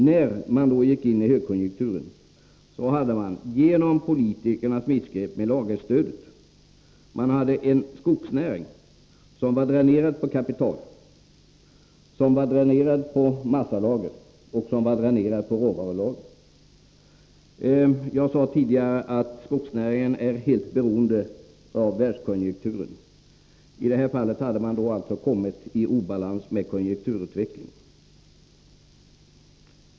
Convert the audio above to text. När vi då gick in i högkonjunkturen var skogsnäringen — till följd av politikernas missgrepp med lagerstödet — dränerad på kapital, massa och råvara. Jag sade tidigare att skogsnäringen är helt beroende av världskonjunkturen. I detta fall hade den kommit i obalans med konjunkturutvecklingen.